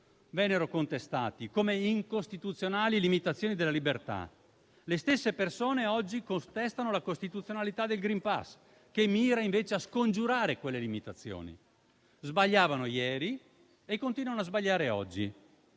vennero contestati come incostituzionale limitazione della libertà. Quelle stesse persone oggi contestano la costituzionalità del *green pass*, che mira invece a scongiurare quelle limitazioni. Sbagliavano ieri e continuano a sbagliare oggi.